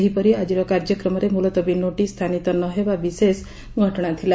ସେହିପରି ଆଜିର କାର୍ଯ୍ୟକ୍ରମରେ ମୁଲତବୀ ନୋଟିସ ସ୍ଥାନିତ ନ ହେବା ବିଶେଷ ଘଟଣା ଥିଲା